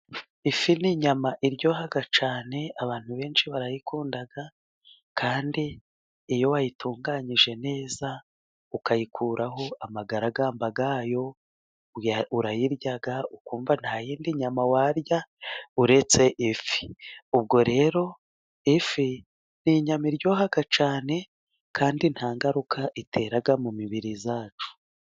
Ifi ni inyama irya cyane， abantu benshi barayikunda，kandi iyo wayitunganyije neza， ukayikuraho amagaragamba yayo，urayirya ukumva nta yindi nyama warya， uretse ifi. Ubwo rero ifi ni inyama iryoha cyane， kandi nta ngaruka itera mu mibiri yacu.